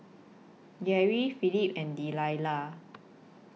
Garry Philip and Delila